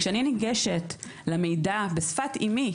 כשאני ניגשת למידע בעברית,